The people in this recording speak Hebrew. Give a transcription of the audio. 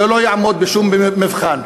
זה לא יעמוד בשום מבחן,